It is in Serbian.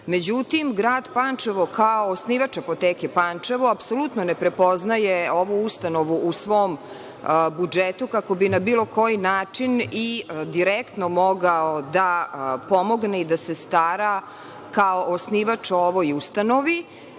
Međutim, grad Pančevo kao osnivač Apoteke Pančevo apsolutno ne prepoznaje ovu ustanovu u svom budžetu, kako bi na bilo koji način i direktno mogao da pomogne i da se stara kao osnivač o ovoj ustanovi.